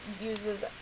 uses